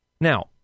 Now